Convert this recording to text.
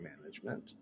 management